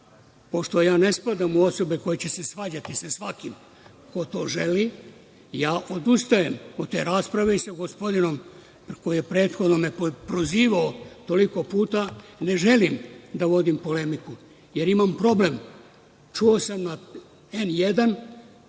ja ne spadam u osobe koje će se svađati sa svakim ko to želi, ja odustajem od te rasprave, sa gospodinom koji me je prethodno prozivao toliko puta, ne želim da vodim polemiku, jer imam problem, čuo sam na N1,